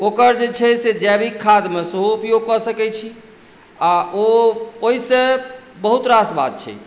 ओकर जे छै से जैविक खाद मे सेहो उपयोग कऽ सकै छी आ ओ ओहि सॅं बहुत रास बात छै